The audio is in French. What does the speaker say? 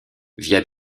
via